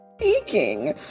Speaking